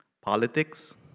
Politics